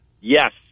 yes